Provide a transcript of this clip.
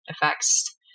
effects